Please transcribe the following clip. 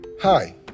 Hi